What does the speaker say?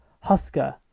Husker